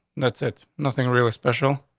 that's it. nothing really special.